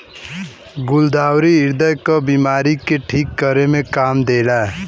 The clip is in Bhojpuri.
गुलदाउदी ह्रदय क बिमारी के ठीक करे में काम देला